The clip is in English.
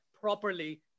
properly